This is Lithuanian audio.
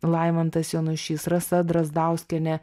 laimantas jonušys rasa drazdauskienė